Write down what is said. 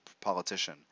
politician